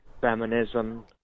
feminism—